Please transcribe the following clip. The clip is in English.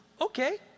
Okay